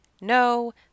no